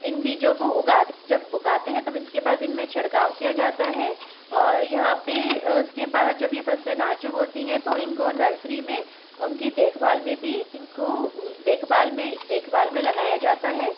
इन बीजों को उगा जब उगाते हैं तब इसके बाद दिन में छिड़काव किया जाता है और यहाँ पे उसके बाद जब ये फसलें नाजुक होती हैं तो इनको नर्सरी में उनकी देखभाल में भी इनको देखभाल में देखभाल में लगाया जाता है